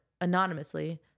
anonymously